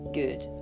good